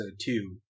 two